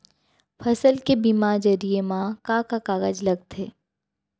फसल के बीमा जरिए मा का का कागज लगथे?